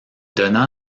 donna